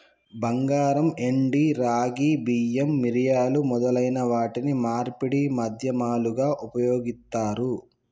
బంగారం, వెండి, రాగి, బియ్యం, మిరియాలు మొదలైన వాటిని మార్పిడి మాధ్యమాలుగా ఉపయోగిత్తారు